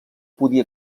podia